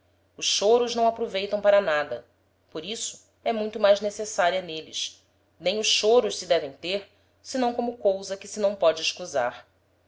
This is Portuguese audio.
os choros não aproveitam para nada por isso é muito mais necessaria n'êles nem os choros se devem ter senão como cousa que se não póde escusar